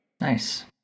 Nice